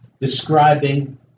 describing